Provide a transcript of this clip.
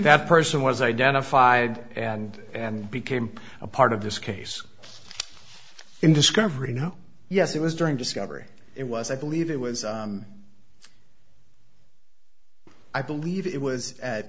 event person was identified and and became a part of this case in discovery no yes it was during discovery it was i believe it was i believe it was at